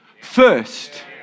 first